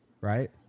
Right